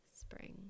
spring